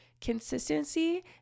consistency